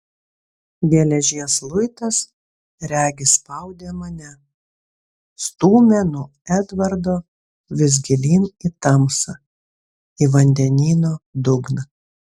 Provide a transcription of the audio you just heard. geležies luitas regis spaudė mane stūmė nuo edvardo vis gilyn į tamsą į vandenyno dugną